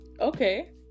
Okay